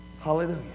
Hallelujah